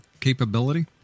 capability